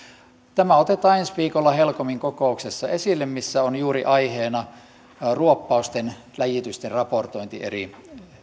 tämä otetaan esille ensi viikolla helcomin kokouksessa missä on juuri aiheena ruoppausten ja läjitysten raportointi eri